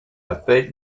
upbeat